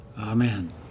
Amen